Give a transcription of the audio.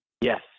Yes